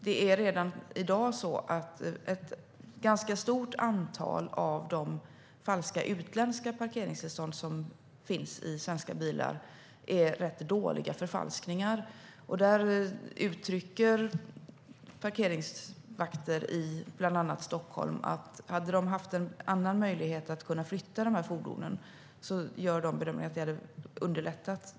Det är redan i dag så att ett ganska stort antal av de falska utländska parkeringstillstånd som finns i svenska bilar är rätt dåliga förfalskningar. Där uttrycker parkeringsvakter i bland annat Stockholm att om de hade haft en annan möjlighet att flytta de fordonen hade det underlättat.